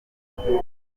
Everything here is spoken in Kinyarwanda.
muhire